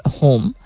home